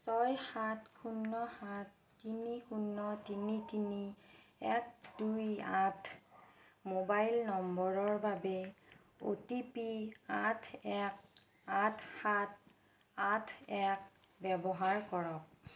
ছয় সাত শূন্য সাত তিনি শূন্য তিনি তিনি এক দুই আঠ মোবাইল নম্বৰৰ বাবে অ' টি পি আঠ এক আঠ সাত আঠ এক ব্যৱহাৰ কৰক